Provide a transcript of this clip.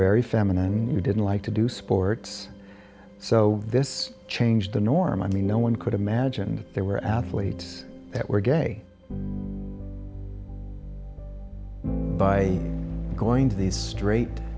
very feminine and you didn't like to do sports so this changed the norm i mean no one could imagine there were athletes that were gay by going to these straight